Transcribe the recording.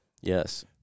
Yes